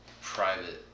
private